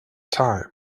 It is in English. time